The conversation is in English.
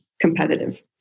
competitive